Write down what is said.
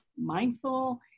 mindful